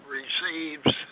receives